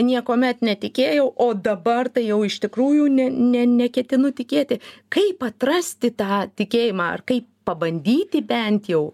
niekuomet netikėjau o dabar tai jau iš tikrųjų ne ne neketinu tikėti kaip atrasti tą tikėjimą ar kai pabandyti bent jau